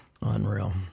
Unreal